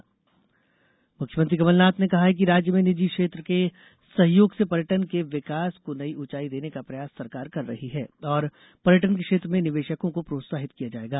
मुख्यमंत्री मुख्यमंत्री कमलनाथ ने कहा है कि राज्य में निजी क्षेत्र के सहयोग से पर्यटन के विकास को नई ऊंचाई देने का प्रयास सरकार कर रही है और पर्यटन के क्षेत्र में निवेशकों को प्रोत्साहित किया जाएगा